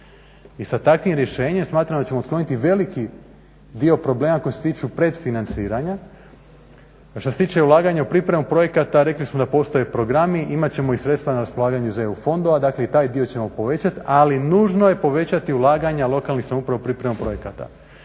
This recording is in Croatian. i sa takvim rješenjem smatramo da ćemo otkloniti veliki dio problema koji se tiču pretfinanciranja. Što se tiče ulaganja u pripremu projekata rekli smo da postoje programi, imat ćemo i sredstva na raspolaganju iz EU fondova, dakle i taj dio ćemo povećati ali nužno je povećati ulaganja lokalnih samouprava u pripremu projekata.